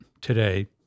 today